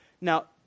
Now